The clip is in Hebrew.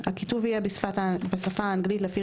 הרכיבים); הכיתוב יהיה בשפה האנגלית לפי